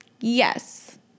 Yes